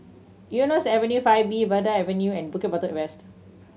Eunos Avenue Five B Verde Avenue and Bukit Batok West